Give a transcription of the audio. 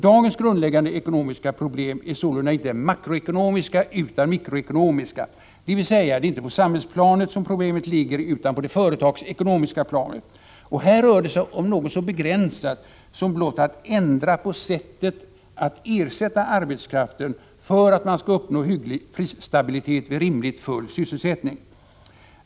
Dagens grundläggande ekonomiska problem är sålunda inte makroekonomiska utan mikroekonomiska, dvs.: det är inte på samhällsplanet som problemet ligger utan på det företagsekonomiska planet. Och här rör det sig om något så begränsat som blott att ändra på sättet att ersätta arbetskraften för att man skall uppnå hygglig prisstabilitet vid rimligt full sysselsättning.